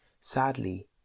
Sadly